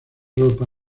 ropa